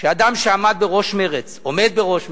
שאדם שעמד בראש מרצ, עומד בראש מרצ,